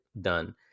done